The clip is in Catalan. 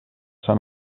sant